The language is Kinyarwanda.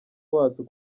wacu